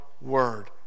word